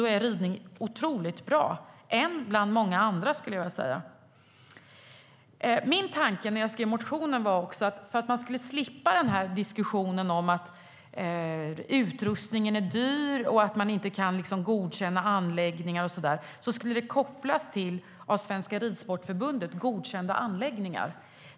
Då är ridning otroligt bra, ett alternativ bland många andra. När jag skrev motionen var min tanke att för att slippa diskussionen om dyr utrustning och att man inte kan godkänna vissa anläggningar så skulle utövandet kopplas till av Svenska Ridsportförbundet godkända anläggningar.